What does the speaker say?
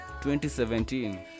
2017